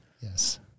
Yes